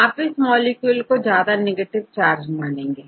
आप इस मॉलिक्यूल को ज्यादा नेगेटिव चार्ज मानते हैं